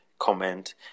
comment